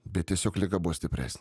bet tiesiog liga buvo stipresnė